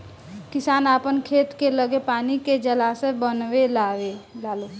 किसान आपन खेत के लगे पानी के जलाशय बनवे लालो